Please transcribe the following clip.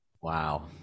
Wow